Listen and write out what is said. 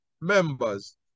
members